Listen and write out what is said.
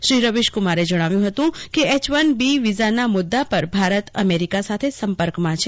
શ્રી રવિશહુમારે જજ્ઞાવ્યું કે એચ વન બી વિઝાના મુદ્દા પર ભારત અમેરિકા સાથે સંપર્કમાં છે